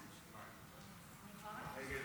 תיקחי